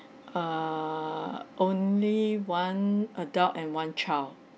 err only one adult and one child